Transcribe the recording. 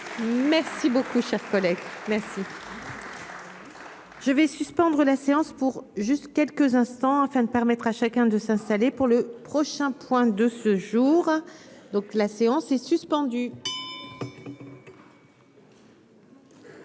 Merci beaucoup, cher collègue, merci.